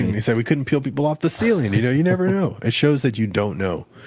he said we couldn't peel people off the ceiling you know you never know. it shows that you don't know.